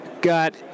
got